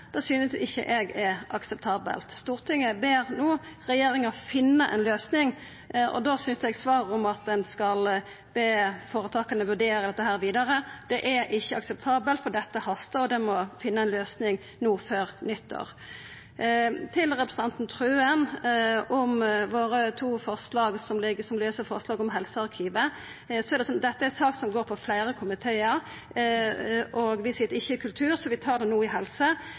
replikkordskiftet, synest ikkje eg er akseptabelt. Stortinget ber no regjeringa finna ei løysing, og da synest eg svaret – at ein skal be føretaka vurdera dette vidare – ikkje er akseptabelt, for dette hastar, og ein må finna ei løysing no, før nyttår. Til representanten Wilhelmsen Trøen om våre to lause forslag om helsearkivet: Dette er ei sak som går på fleire komitear. Vi sit ikkje i kulturkomiteen, så vi tar det no i